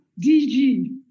DG